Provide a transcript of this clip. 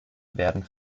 werden